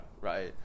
Right